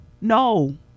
no